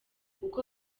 uko